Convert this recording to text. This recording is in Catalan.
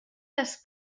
les